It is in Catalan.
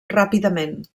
ràpidament